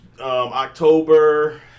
October